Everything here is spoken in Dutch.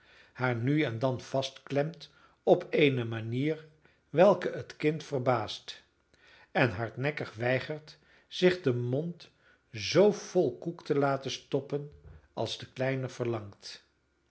haar nu en dan vastklemt op eene manier welke het kind verbaast en hardnekkig weigert zich den mond zoo vol koek te laten stoppen als de kleine verlangt